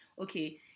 okay